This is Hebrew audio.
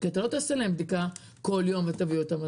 כי אתה לא תעשה להם בדיקה כל יום ותביא אותם,